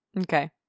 Okay